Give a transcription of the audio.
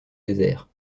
désert